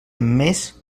més